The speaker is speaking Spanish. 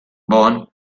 von